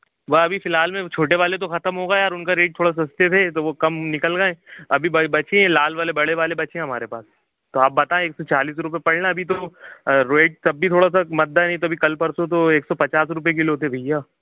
वा अभी फ़िलहाल में छोटे वाले तो ख़तम हो गए यार उनका रेट थोड़ा सस्ते थे तो वो कम निकल गए अभी बचे हैं लाल वाले बड़े बचे हैं हमारे पास तो आप बताएं एक सौ चालीस रूपए पड़ रहा अभी तो रेट तब भी थोड़ा सा मद्दा है नहीं तो अभी कल परसों तो एक सौ पचास किलो थे भैया